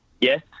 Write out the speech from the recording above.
Yes